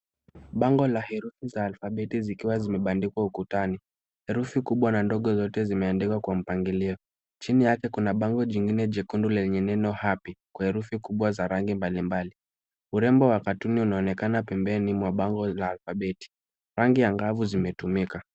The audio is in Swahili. Bango la herufi za alfabeti zikiwa zimebandikwa ukutani. Herufi kubwa na ndogo zote zimeandikwa kwa mpangilio. Chini yake kuna bango jingine jekundu lenye neno Happy kwa herufi kubwa za rangi mbalimbali. Urembo wa katuni unaonekana pembeni mwa bango la alphabeti. Rangi angavu zimetumika.